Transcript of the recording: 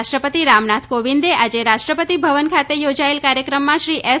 રાષ્ટ્રપતિ રામનાથ કોવિંદે આજે રાષ્ટ્રપતિ ભવન ખાતે યોજાયેલ કાર્યક્રમમાં શ્રી એસ